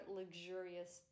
luxurious